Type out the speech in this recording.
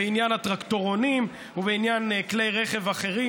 בעניין הטרקטורונים ובעניין כלי רכב אחרים